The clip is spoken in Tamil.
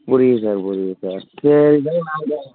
புரியுது சார் புரியுது சார் சரி சார் நாங்கள்